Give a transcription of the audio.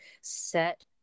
set